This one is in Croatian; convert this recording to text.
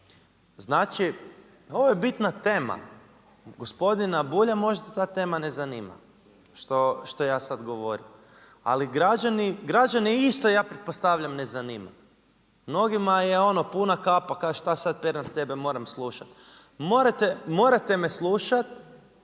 Znači, ovo je bitna tema, gospodina Bulja možda ta tema ne zanima što ja sada govorim ali građani, građane isto ja pretpostavljam ne zanima. Mnogima je puna kapa, kažu šta sada Pernar tebe moram slušati. Morate me slušati